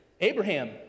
Abraham